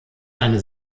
eine